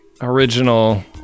original